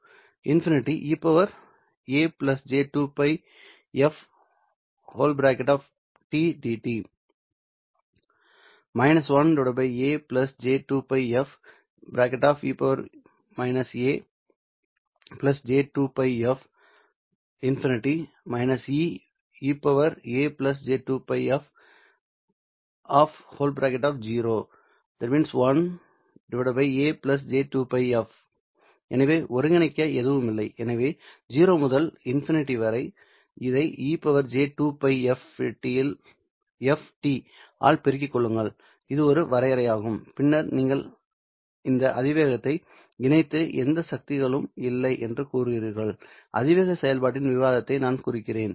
S∫0 ∞ e−a j2 πf t dt ¿− 1 a j2 πf e−a j 2 πf ∞−e−a j2 πf 0 ¿ 1 a j2 πf எனவே ஒருங்கிணைக்க எதுவும் இல்லை எனவே 0 முதல் ∞ வரை இதை e− j2 π ft ஆல் பெருக்கிக் கொள்ளுங்கள் இது ஒரு வரையறையாகும் பின்னர் நீங்கள் இந்த அதிவேகத்தை இணைத்து எந்த சக்திகளும் இல்லை என்று கூறுகிறீர்கள் அதிவேக செயல்பாட்டின் விவாதத்தை நான் குறிக்கிறேன்